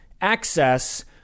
access